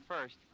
first